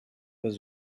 pas